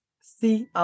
See